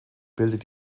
bildet